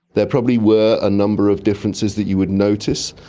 there probably were a number of differences that you would notice,